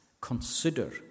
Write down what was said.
Consider